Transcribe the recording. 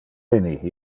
eveni